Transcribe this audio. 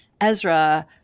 Ezra